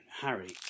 Harry